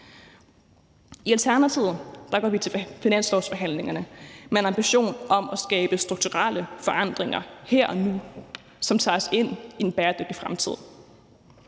I Alternativet går vi til finanslovsforhandlingerne med en ambition om at skabe strukturelle forandringer her og nu, som tager os ind i en bæredygtig fremtid.